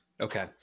Okay